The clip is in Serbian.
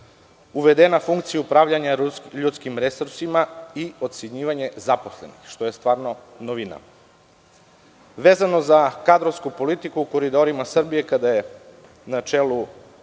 Uvedena je funkcija upravljanja ljudskim resursima i ocenjivanje zaposlenih, što je novina. Vezano za kadrovsku politiku, u „Koridorima Srbije“, kada je na čelo